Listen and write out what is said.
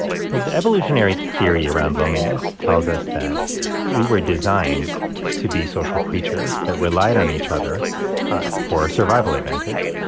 well, the evolutionary theory around loneliness tells us that we were designed to be social creatures that relied on each other for survival advantage.